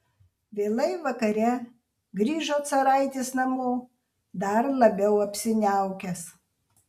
vėlai vakare grįžo caraitis namo dar labiau apsiniaukęs